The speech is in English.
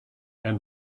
and